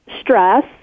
stress